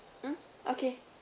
mm okay